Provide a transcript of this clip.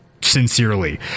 sincerely